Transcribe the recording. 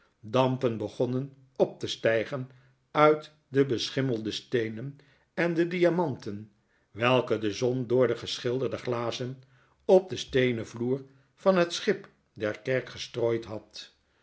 dampen begonnen op te stijgen uit de beschimmelde steenen en de diamanten welke de zon door de geschilderde glazen op den steenen vloer van het schip der kerk gestrooid had